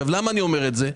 למה אני אומר את זה?